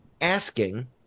asking